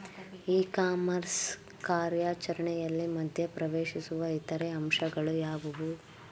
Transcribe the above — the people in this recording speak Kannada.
ಇ ಕಾಮರ್ಸ್ ಕಾರ್ಯಾಚರಣೆಯಲ್ಲಿ ಮಧ್ಯ ಪ್ರವೇಶಿಸುವ ಇತರ ಅಂಶಗಳು ಯಾವುವು?